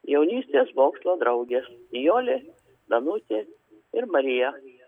jaunystės mokslo draugės nijolė danutė ir marija